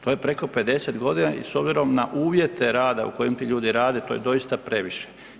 To je preko 50 godina i s obzirom na uvjete rada u kojima ti ljudi rade to je doista previše.